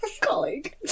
Colleague